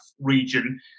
region